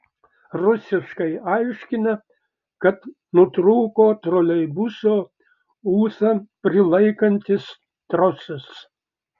rusiškai aiškina kad nutrūko troleibuso ūsą prilaikantis trosas